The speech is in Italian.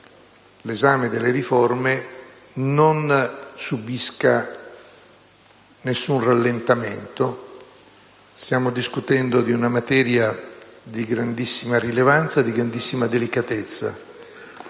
l'esame delle riforme non subiscano alcun rallentamento. Stiamo discutendo di una materia di grandissima rilevanza e di grandissima delicatezza.